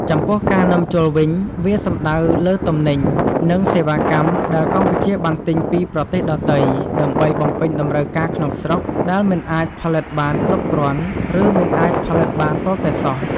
ចំពោះ ការនាំចូល វិញ វាសំដៅលើទំនិញ និងសេវាកម្មដែលកម្ពុជាបានទិញពីប្រទេសដទៃ ដើម្បីបំពេញតម្រូវការក្នុងស្រុក ដែលមិនអាចផលិតបានគ្រប់គ្រាន់ ឬមិនអាចផលិតបានទាល់តែសោះ។